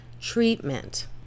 treatment